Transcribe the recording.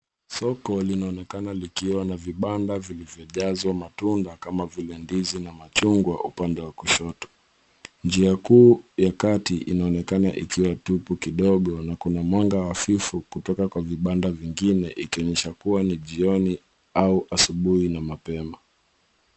Soko linaonekana likiwa na vibanda vilivyojazwa matunda kama vile ndizi na machungwa upande wa kushoto. Njia kuu ya kati inaonekana ikiwa tupu kidogo na kuna mwanga hafifu kutoka kwa vibanda vingine ikionyesha kuwa ni jioni au asubuhi na mapema.